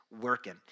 working